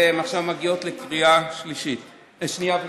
והן עכשיו מגיעות לקריאה שנייה ושלישית.